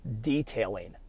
detailing